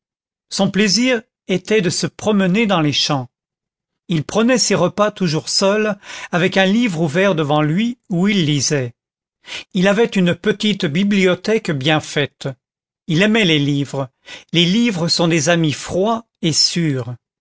son plaisir était de se promener dans les champs il prenait ses repas toujours seul avec un livre ouvert devant lui où il lisait il avait une petite bibliothèque bien faite il aimait les livres les livres sont des amis froids et sûrs